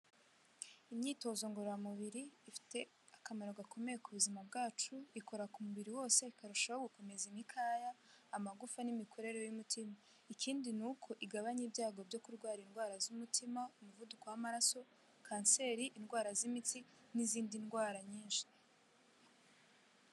Imyitozo ngororamubiri, ifite akamaro gakomeye ku buzima bwacu, ikora ku mubiri wose ikarushaho gukomeza imikaya, amagufa n'imikorere y'umutima. Ikindi ni uko igabanya ibyago byo kurwara indwara z'umutima, umuvuduko w'amaraso, kanseri, indwara z'imitsi n'izindi ndwara nyinshi.